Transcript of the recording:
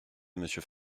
monsieur